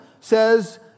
says